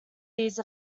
these